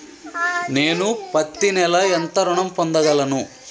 నేను పత్తి నెల ఎంత ఋణం పొందగలను?